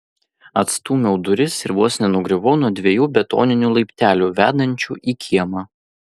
atstūmiau duris ir vos nenugriuvau nuo dviejų betoninių laiptelių vedančių į kiemą